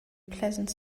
pleasant